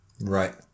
Right